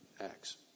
Acts